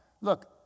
Look